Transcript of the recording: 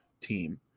team